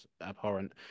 abhorrent